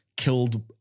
Killed